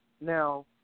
Now